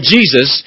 Jesus